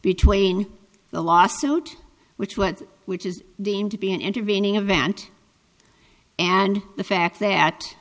between the lawsuit which what which is deemed to be an intervening event and the fact that